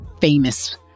famous